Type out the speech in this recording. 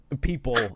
people